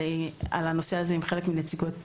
על הנושא הזה עם חלק מנציגות